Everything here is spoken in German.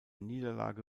niederlage